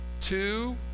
Two